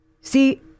See